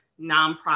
nonprofit